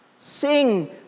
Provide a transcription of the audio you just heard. Sing